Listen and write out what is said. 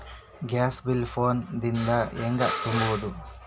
Gas bill phone ದಿಂದ ಹ್ಯಾಂಗ ತುಂಬುವುದು?